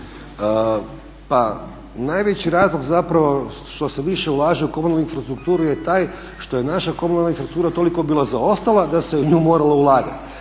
Najveći razlog što se više ulaže u komunalnu infrastrukturu je taj što je naša komunalna infrastruktura toliko bila zaostala da se u nju moralo ulagati.